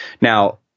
Now